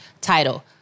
title